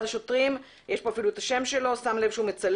- אחד השוטרים יש פה שמו שם לב שהוא מצלם,